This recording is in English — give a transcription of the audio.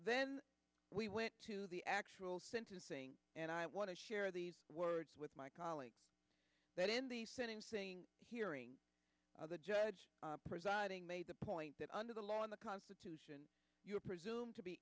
then we went to the actual sentencing and i share these words with my colleague that in the sentencing hearing the judge presiding made the point that under the law in the constitution you are presumed to be